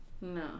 No